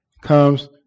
comes